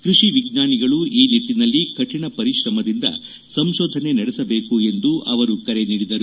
ಕೃಷಿ ವಿಜ್ಞಾನಿಗಳು ಈ ನಿಟ್ಟನಲ್ಲಿ ಕಠಿಣ ಪರಿಶ್ರಮದಿಂದ ಸಂಶೋಧನೆ ನಡೆಸಬೇಕು ಎಂದು ಅವರು ಕರೆ ನೀಡಿದರು